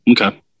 Okay